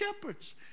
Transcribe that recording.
shepherds